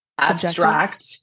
abstract